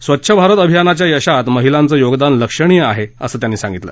स्वच्छ भारत अभियानाच्या यशात महिलांचं योगदान लक्षणीय आहे असं त्यांनी सांगितलं